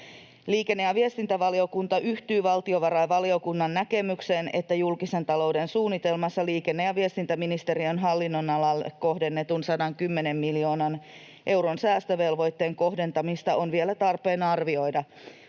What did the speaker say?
Liikenne- ja viestintävaliokunta yhtyy valtiovarainvaliokunnan näkemykseen, että julkisen talouden suunnitelmassa liikenne- ja viestintäministeriön hallinnonalalle kohdennetun 110 miljoonan euron säästövelvoitteen kohdentamista on vielä tarpeen arvioida,